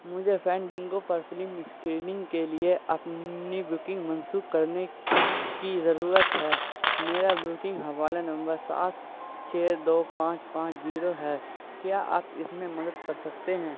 مجھے فینڈینگو پر film screening کے لیے اپنی بکنگ منسوخ کرنے کی ضرورت ہے میرا بکنگ حوالہ نمبر سات چھ دو پانچ پانچ زیرو ہے کیا آپ اس میں مدد کر سکتے ہیں